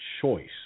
choice